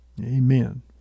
Amen